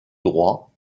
droit